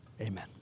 Amen